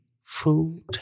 food